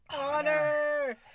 Honor